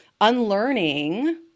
unlearning